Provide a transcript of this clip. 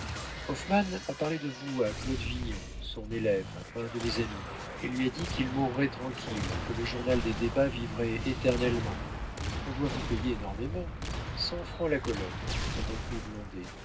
hoffmann a parlé de vous à claude vignon son élève un de mes amis et lui a dit qu'il mourrait tranquille que le journal des débats vivrait éternellement on doit vous payer énormément cent francs la colonne reprit